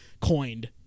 Coined